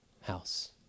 house